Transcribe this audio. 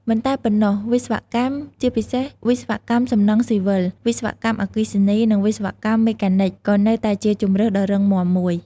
មិនតែប៉ុណ្ណោះ វិស្វកម្ម ជាពិសេសវិស្វកម្មសំណង់ស៊ីវិល វិស្វកម្មអគ្គិសនី និងវិស្វកម្មមេកានិច ក៏នៅតែជាជម្រើសដ៏រឹងមាំមួយ។